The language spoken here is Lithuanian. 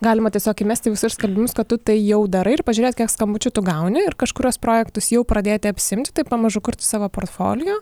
galima tiesiog įmest į visur skelbimus kad tu tai jau darai ir pažiūrėt kiek skambučių tu gauni ir kažkuriuos projektus jau pradėti apsiimti taip pamažu kurti savo portfolio